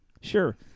Sure